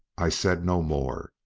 i said no more.